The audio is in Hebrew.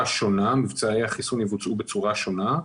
בצורה שונה.